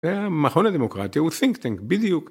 מכון הדמוקרטיה הוא סינק סינק בדיוק